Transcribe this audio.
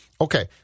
Okay